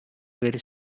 very